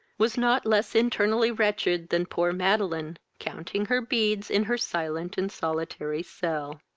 was not less internally wretched than poor madeline, counting her beads in her silent and solitary cell.